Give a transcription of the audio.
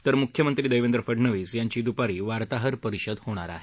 तर मुख्यमंत्री देवेंद्र फडनवीस यांची दुपारी वार्ताहर परिषद होणार आहे